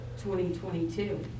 2022